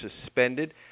suspended